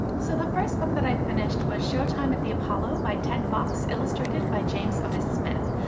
so the first book that i finished was showtime at the apollo by ted fox, illustrated by james otis smith.